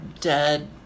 Dead